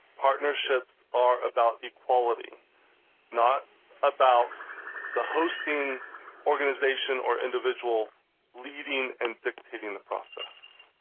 partnerships are about equality not about the hosting organization or individual leading and dictating the process.